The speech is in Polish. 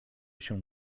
się